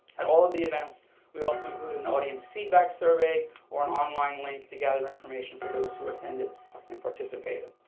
at all of the events we also include an audience feedback survey or an online link to gather information for those who attended and participated.